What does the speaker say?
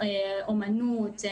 אומנות,